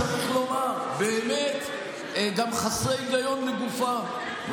צריך לומר שהם באמת גם חסרי היגיון לגופם .